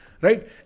Right